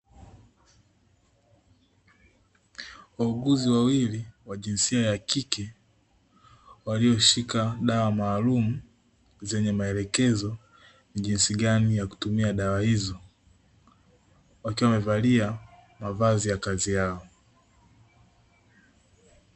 Wauguzi wawili wa jinsia ya kike, walioshika dawa maalumu zenye maelekezo ya jinsi gani ya kutumia dawa hizo, wakiwa wamevalia mavazi ya kazi yao.